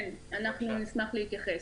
אני אשמח להתייחס.